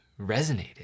resonated